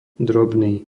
drobný